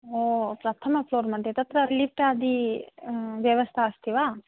प्रथमफ़्लोर् मध्ये तत्र लिफ़्ट् आदि व्यवस्था अस्ति वा